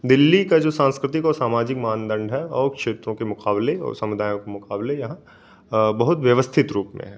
दिल्ली का जो सांस्कृतिक और सामाजिक मानदंड है और क्षेत्रों के मुकाबले और समुदायों के मुकाबले यहाँ बहुत व्यवस्थित रूप में है